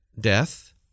death